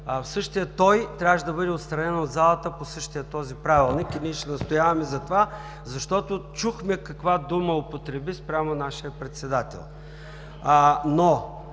той, трябваше да бъде отстранен от залата по същия този Правилник. Ние ще настояваме за това, защото чухме каква дума употреби спрямо нашия председател.